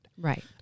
right